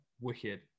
Wicked